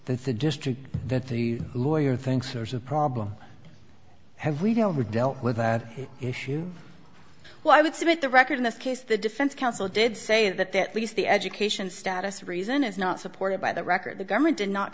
the district that the lawyer thinks there's a problem have we deal we dealt with that issue well i would submit the record in this case the defense counsel did say that that at least the education status of reason is not supported by the record the government did not